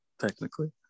technically